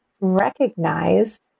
recognize